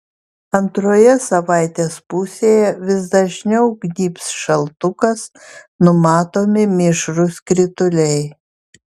antroje savaitės pusėje vis dažniau gnybs šaltukas numatomi mišrūs krituliai